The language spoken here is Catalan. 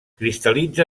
cristal·litza